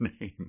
name